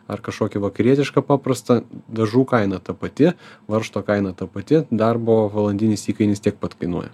ar kažkokį vakarietišką paprastą dažų kaina ta pati varžto kaina ta pati darbo valandinis įkainis tiek pat kainuoja